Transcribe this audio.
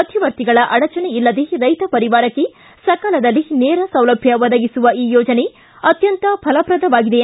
ಮಧ್ಯವರ್ತಿಗಳ ಅಡಚಣೆ ಇಲ್ಲದೇ ರೈತ ಪರಿವಾರಕ್ಕೆ ಸಕಾಲದಲ್ಲಿ ನೇರ ಸೌಲಭ್ಯ ಒದಗಿಸುವ ಈ ಯೋಜನೆ ಅತ್ಯಂತ ಫಲಪ್ರಧವಾಗಿದೆ